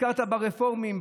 הכרה ברפורמים,